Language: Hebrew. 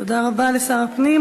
תודה רבה לשר הפנים.